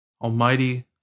Almighty